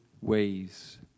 ways